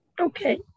Okay